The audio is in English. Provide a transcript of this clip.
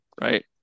right